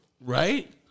Right